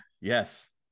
Yes